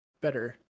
better